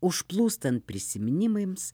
užplūstant prisiminimams